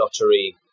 lottery